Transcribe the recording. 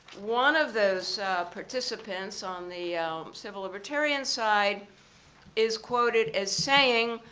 one of those participants on the civil libertarian side is quoted as saying,